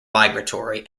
migratory